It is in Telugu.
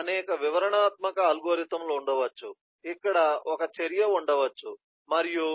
అనేక వివరణాత్మక అల్గోరిథంలు ఉండవచ్చు ఇక్కడ ఒక చర్య ఉండవచ్చు మరియు